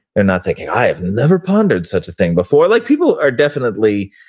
they're not thinking i have never pondered such a thing before. like people are definitely,